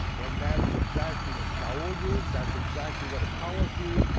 and that is exactly what shaul used, that's exactly what appolos used,